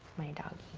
my dog.